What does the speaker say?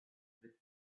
with